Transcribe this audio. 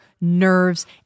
nerves